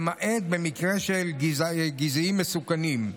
למעט במקרה של גזעים מסוכנים,